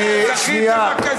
שנייה.